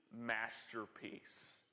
masterpiece